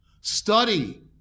study